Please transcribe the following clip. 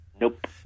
Nope